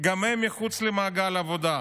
שגם הם מחוץ למעגל העבודה.